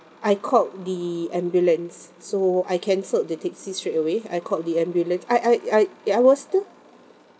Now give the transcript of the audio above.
I called the ambulance so I cancelled the taxi straight away I called the ambulance I I I I was still